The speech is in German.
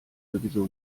sowieso